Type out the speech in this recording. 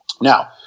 Now